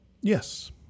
Yes